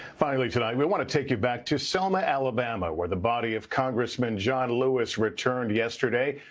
finally tonight, we want to take you back to selma, alabama where the body of congressman john lewis returned yesterday.